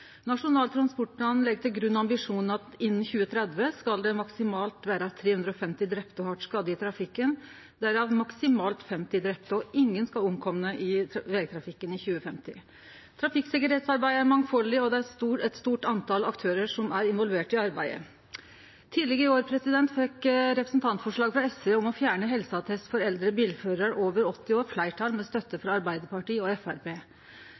Nasjonal transportplan legg til grunn ambisjonen om at innan 2030 skal det maksimalt vere 350 drepne og hardt skadde i trafikken, derav maksimalt 50 drepne, og at ingen skal omkome i vegtrafikken i 2050. Trafikksikkerheitsarbeidet er mangfaldig, og det er eit stort antal aktørar som er involverte i arbeidet. Tidlegare i år fekk representantforslaget frå SV om å fjerne helseattest for eldre bilførarar over 80 år fleirtal, med støtte frå Arbeidarpartiet og